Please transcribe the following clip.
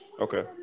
okay